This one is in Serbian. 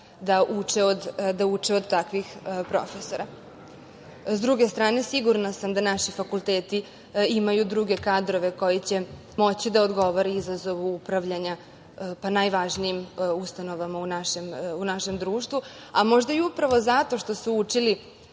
da uče od takvih profesora.S druge strane, sigurna sam da naši fakulteti imaju druge kadrove koji će moći da odgovore izazovu upravljanja na najvažnijim ustanova u našem društvu, a možda upravo zato što su učili